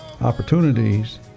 opportunities